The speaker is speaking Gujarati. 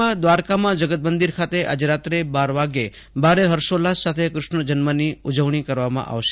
રાજ્યમાં દ્વારકામાં જગતમંદિર ખાતે આજે રાત્રે બાર વાગ્યો ભારે હર્ષોલ્લાસ સાથે ક્રષ્ણ જન્મની ઉજવણી કરવામાં આવશે